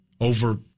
over